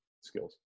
skills